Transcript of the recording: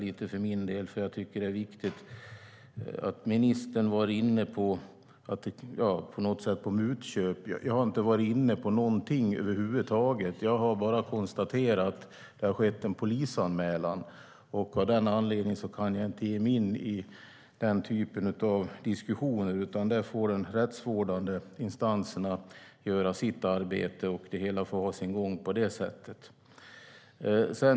Han sa någonting om att ministern hade varit inne på mutköp. Jag har över huvud taget inte varit inne på någonting, utan jag har bara konstaterat att det har skett en polisanmälan. Av den anledningen kan jag inte ge mig in i den typen av diskussion. Det får de rättsvårdande instanserna sköta, och det hela får ha sin gång.